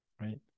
right